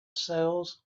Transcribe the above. sails